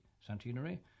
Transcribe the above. centenary